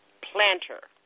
planter